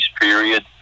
period